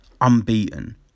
unbeaten